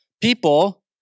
people